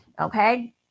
okay